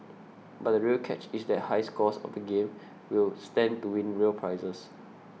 but the real catch is that high scorers of the game will stand to win real prizes